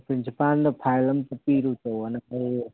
ꯄ꯭ꯔꯤꯟꯁꯤꯄꯥꯜꯗ file ꯑꯝꯇ ꯄꯤꯔꯨꯆꯣꯅ